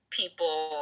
people